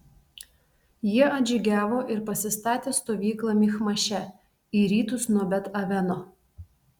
jie atžygiavo ir pasistatė stovyklą michmaše į rytus nuo bet aveno